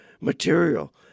material